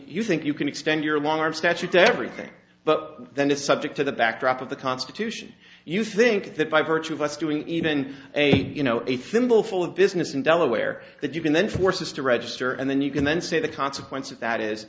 you think you can extend your long arm statutes everything but then it's subject to the backdrop of the constitution you think that by virtue of us doing even a you know a thimbleful of business in delaware that you can then force is to register and then you can then say the consequence of that is